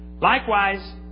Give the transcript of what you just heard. Likewise